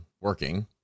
working